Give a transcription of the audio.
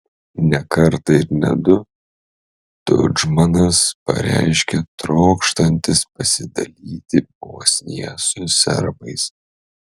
ne kartą ir ne du tudžmanas pareiškė trokštantis pasidalyti bosniją su serbais